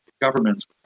governments